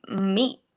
meat